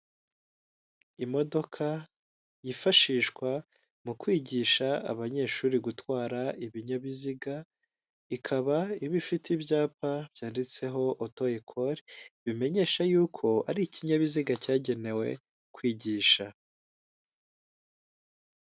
Imodoka yifashishwa mu kwigisha abanyeshuri gutwara ibinyabiziga, ikaba iba ifite ibyapa byanditseho oto ekore, bimenyesha y'uko ari ikinyabiziga cyagenewe kwigisha.